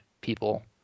people